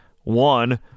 One